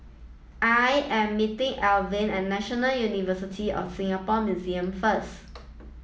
I am meeting Elvin at National University of Singapore Museum first